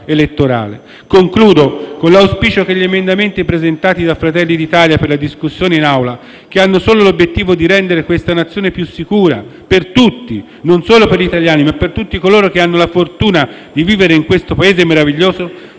Concludo, con l'auspicio che gli emendamenti presentati da Fratelli d'Italia per la discussione in Aula, che hanno solo l'obiettivo di rendere questa nazione più sicura, per tutti, non solo per gli italiani ma per tutti coloro che hanno la fortuna di vivere in questo Paese meraviglioso,